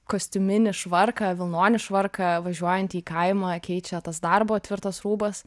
kostiuminį švarką vilnonį švarką važiuojant į kaimą keičia tas darbo tvirtas rūbas